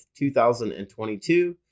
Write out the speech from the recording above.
2022